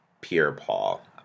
Pierre-Paul